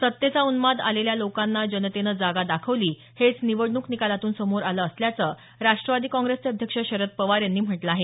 सत्तेचा उन्माद आलेल्या लोकांना जनतेनं जागा दाखवली हेच निवडणूक निकालातून समोर आलं असल्याचं राष्ट्रवादी काँग्रेसचे अध्यक्ष शरद पवार यांनी म्हटलं आहे